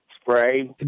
spray